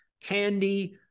candy